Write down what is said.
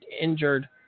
injured